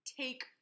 take